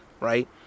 right